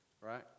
Right